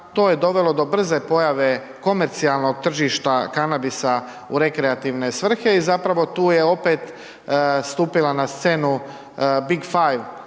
To je dovelo do brze pojave komercijalnog tržišta kanabisa u rekreativne svrhe i zapravo tu je opet stupila na scenu big five